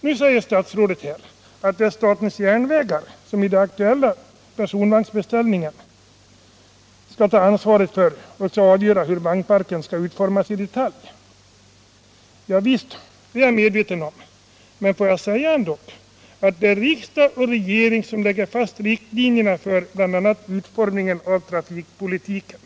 Nu säger statsrådet att det är SJ som skall ta ansvaret för och avgöra hur vagnparken skall utformas i detalj. Det är jag medveten om, men det är ändå riksdag och regering som lägger fast riktlinjerna för bl.a. utformningen av trafikpolitiken.